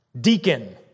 deacon